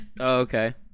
Okay